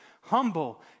humble